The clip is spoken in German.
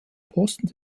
posten